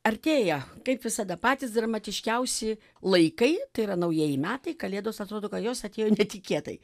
artėja kaip visada patys dramatiškiausi laikai tai yra naujieji metai kalėdos atrodo kad jos atėjo netikėtai